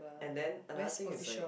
and then another thing is like